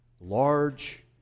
large